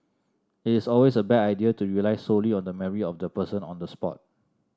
it is always a bad idea to rely solely on the memory of the person on the spot